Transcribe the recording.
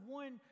one